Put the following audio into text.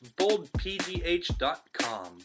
BoldPGH.com